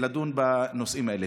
לדון בנושאים האלה.